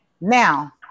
Now